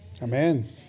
Amen